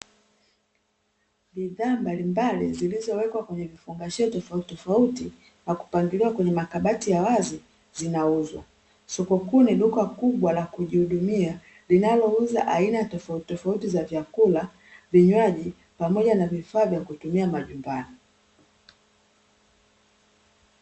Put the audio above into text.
Bidhaa mbalimbali zilizowekwa kwenye vifungashio tofauti tofauti na kupangiliwa kwenye makabati ya wazi zinauzwa. Soko kuu ni duka kubwa la kujihudumia linalouza aina tofauti tofauti za vyakula, vinywaji pamoja na vifaa vya kutumia majumbani.